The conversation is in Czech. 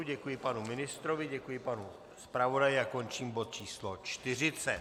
Děkuji panu ministrovi, děkuji panu zpravodaji a končím bod číslo 40.